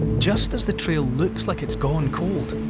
just as the trail looks like it's gone cold,